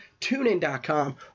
TuneIn.com